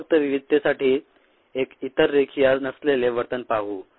चला फक्त विविधतेसाठी एक इतर रेखीय नसलेले वर्तन पाहू